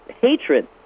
hatred